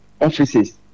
offices